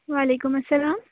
وعلیکم السّلام